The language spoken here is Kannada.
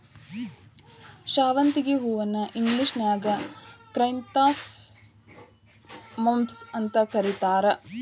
ಶಾವಂತಿಗಿ ಹೂವನ್ನ ಇಂಗ್ಲೇಷನ್ಯಾಗ ಕ್ರೈಸಾಂಥೆಮಮ್ಸ್ ಅಂತ ಕರೇತಾರ